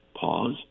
pause